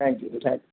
ਹਾਂਜੀ